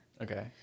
Okay